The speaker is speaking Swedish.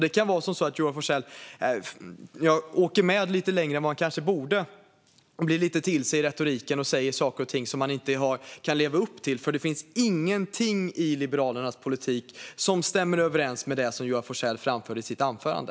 Det kan vara så att Joar Forssell åker med lite längre än vad han kanske borde, blir lite till sig i retoriken och säger saker och ting som han inte kan leva upp till. Det finns ingenting i Liberalernas politik som stämmer överens med det som Joar Forssell framför i sitt anförande.